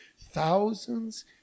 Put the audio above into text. thousands